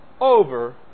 over